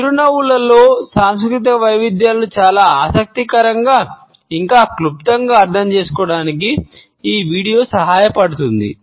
చిరునవ్వులలో సాంస్కృతిక వైవిధ్యాలను చాలా ఆసక్తికరంగా ఇంకా క్లుప్తంగా అర్థం చేసుకోవడానికి ఈ వీడియో సహాయపడుతుంది